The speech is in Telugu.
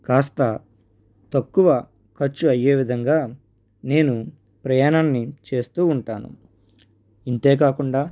కాస్త తక్కువ ఖర్చు అయ్యే విధంగా నేను ప్రయాణాన్ని చేస్తూ ఉంటాను ఇంతే కాకుండా